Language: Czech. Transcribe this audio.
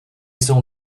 jsou